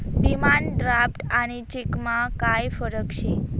demand draft आणि चेकमा काय फरक शे